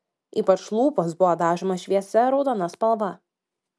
ypač lūpos buvo dažomos šviesia raudona spalva